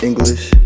English